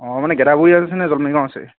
মানে গেদাবৰীয়াত আছে নে জলমৰীয়াত আছে